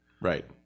right